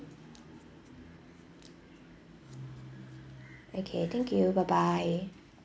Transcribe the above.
okay thank you bye bye